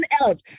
else